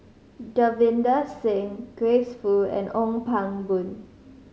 Davinder Singh Grace Fu and Ong Pang Boon